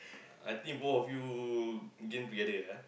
uh I think both of you gain together ah